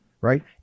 right